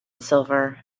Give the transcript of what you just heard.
silver